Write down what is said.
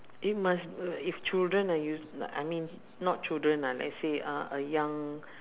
it must if children ah use lah I mean not children lah let's say uh a young